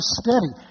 steady